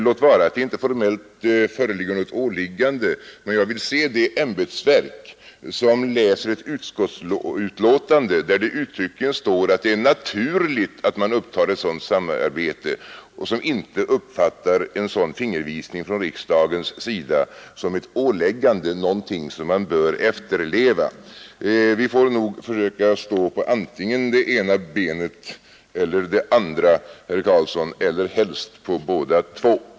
Låt vara att det inte formellt föreligger något åläggande, men jag vill se det ämbetsverk som läser ett utskottsbetänkande, där det uttryckligen står att det är naturligt att man upptar ett sådant samarbete, och som inte uppfattar en sådan fingervisning från riksdagens sida som ett åläggande, någonting som man bör efterleva. Vi får nog försöka stå på antingen det ena benet eller det andra, herr Karlsson, eller helst på båda två.